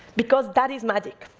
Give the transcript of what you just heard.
because that is magic.